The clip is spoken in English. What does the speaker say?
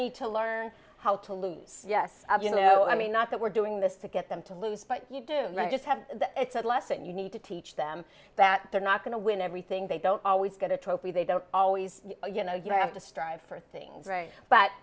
need to learn how to lose yes of you know i mean not that we're doing this to get them to lose but you do just have less and you need to teach them that they're not going to win everything they don't always get a trophy they don't always you know you have to strive for things right but